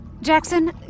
Jackson